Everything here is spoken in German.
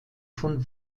von